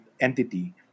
entity